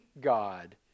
God